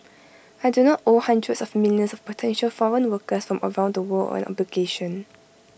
I do not owe hundreds of millions of potential foreign workers from around the world an obligation